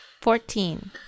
Fourteen